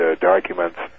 documents